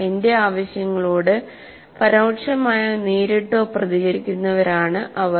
എന്റെ ആവശ്യങ്ങളോട് പരോക്ഷമായോ നേരിട്ടോ പ്രതികരിക്കുന്നവരാണ് അവർ